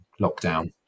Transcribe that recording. lockdown